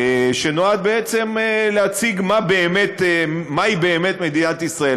שנועד בעצם להציג מהי באמת מדינת ישראל,